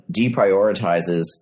deprioritizes